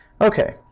okay